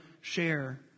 share